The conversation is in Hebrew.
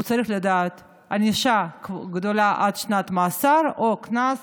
הוא צריך לדעת: ענישה גדולה עד שנת מאסר או קנס